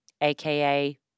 AKA